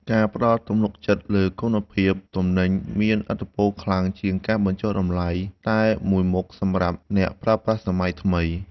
ការផ្តល់ទំនុកចិត្តលើគុណភាពទំនិញមានឥទ្ធិពលខ្លាំងជាងការបញ្ចុះតម្លៃតែមួយមុខសម្រាប់អ្នកប្រើប្រាស់សម័យថ្មី។